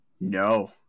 No